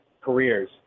careers